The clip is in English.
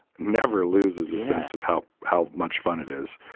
never loses a sense of how how much fun it is,